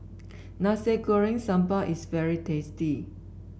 Nasi Goreng Sambal is very tasty